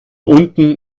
unten